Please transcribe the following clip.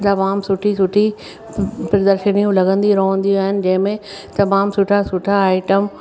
तमामु सुठी सुठी प्रदर्शनियूं लॻंदी रहंदियूं आहिनि जंहिंमें तमामु सुठा सुठा आइटम